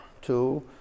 two